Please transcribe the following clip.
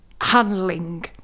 handling